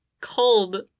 Cold